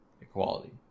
equality